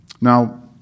Now